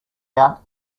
out